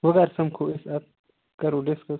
وۄنۍ کر سَمکھوٚو أسۍ اَدٕ کَرو ڈِسکَس